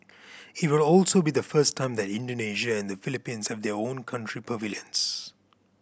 it will also be the first time that Indonesia and the Philippines have their own country pavilions